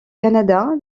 canada